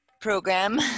program